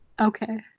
Okay